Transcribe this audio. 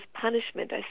punishment